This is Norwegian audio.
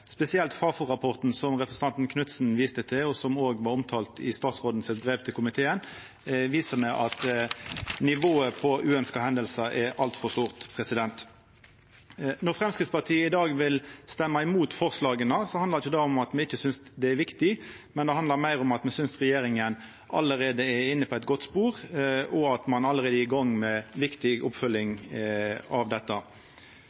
Spesielt Fafo-rapporten, som representanten Knutsen viste til, og som òg var omtalt i statsråden sitt brev til komiteen, viser at nivået på uønskte hendingar er altfor høgt. Når Framstegspartiet i dag vil stemma imot forslaga, handlar det ikkje om at me ikkje synest dette er viktig. Det handlar meir om at me synest regjeringa allereie er inne på eit godt spor, og at ein allereie er i gang med viktig